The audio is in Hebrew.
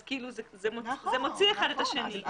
זה מוציא אחד את השני.